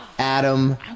Adam